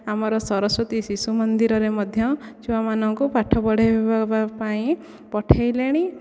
ଆମର ସରସ୍ବତୀ ଶିଶୁମନ୍ଦିରରେ ମଧ୍ୟ ଛୁଆ ମାନଙ୍କୁ ପାଠ ପଢାଇବା ପାଇଁ ପଠାଇଲେଣି